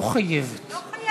ולא חייבת.